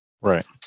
Right